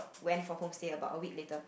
went for home stay about a week later